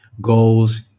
goals